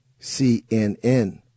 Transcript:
cnn